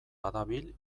badabil